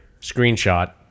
screenshot